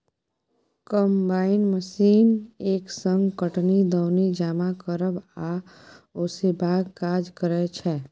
combine machine एक संग कटनी, दौनी, जमा करब आ ओसेबाक काज करय छै